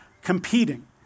competing